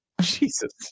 Jesus